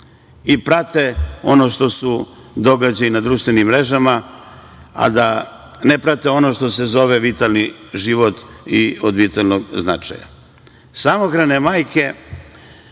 i prate ono što su događaji na društvenim mrežama, a ne prate ono što se zove vitalni život i ono što je od vitalnog značaja. Samohrane majke,